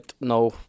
no